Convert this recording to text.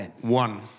one